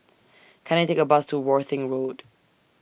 Can I Take A Bus to Worthing Road